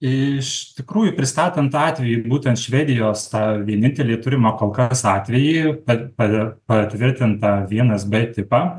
iš tikrųjų pristatant atvejį būtent švedijos tą vienintelį turimą kol kas atvejį per pa patvirtintą vienas b tipą